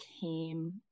came